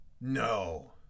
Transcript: No